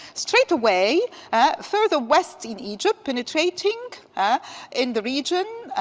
straight away further west in egypt, penetrating in the region